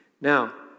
Now